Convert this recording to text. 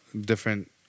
different